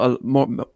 more